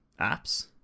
apps